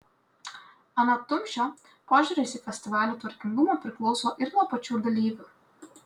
anot tumšio požiūris į festivalių tvarkingumą priklauso ir nuo pačių dalyvių